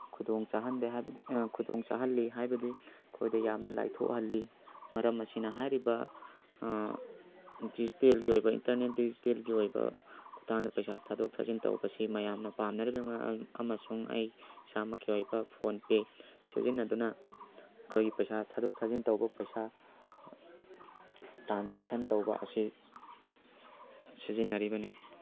ꯈꯨꯗꯣꯡ ꯆꯥꯍꯟꯗꯦ ꯈꯨꯗꯣꯡ ꯆꯥꯍꯜꯂꯤ ꯍꯥꯏꯕꯗꯤ ꯑꯩꯈꯣꯏꯗ ꯌꯥꯝꯅ ꯂꯥꯏꯊꯣꯛꯍꯜꯂꯤ ꯃꯔꯝ ꯑꯁꯤꯅ ꯍꯥꯏꯔꯤꯕ ꯗꯤꯖꯤꯇꯦꯜꯒꯤ ꯑꯣꯏꯕ ꯏꯟꯇꯔꯅꯦꯠ ꯗꯤꯖꯤꯇꯦꯜꯒꯤ ꯑꯣꯏꯕ ꯈꯨꯠꯊꯥꯡꯗ ꯄꯩꯁꯥ ꯊꯥꯗꯣꯛ ꯊꯥꯖꯤꯟ ꯇꯧꯕꯁꯤ ꯃꯌꯥꯝꯅ ꯄꯥꯝꯅꯔꯤꯕꯒꯤ ꯑꯃꯁꯨꯡ ꯑꯩ ꯏꯁꯥꯃꯛꯀꯤ ꯑꯣꯏꯕ ꯐꯣꯟꯄꯦ ꯁꯤꯖꯤꯟꯅꯗꯨꯅ ꯑꯩꯈꯣꯏꯒꯤ ꯄꯩꯁꯥ ꯊꯥꯗꯣꯛ ꯊꯥꯖꯤꯟ ꯇꯧꯕ ꯄꯩꯁꯥ ꯇ꯭ꯔꯥꯟꯖꯦꯛꯁꯟ ꯇꯧꯕ ꯑꯁꯤ ꯁꯤꯖꯤꯟꯅꯔꯤꯕꯅꯤ